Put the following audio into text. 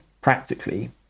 practically